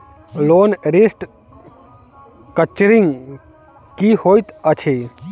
Loan restructuring की होइत अछि?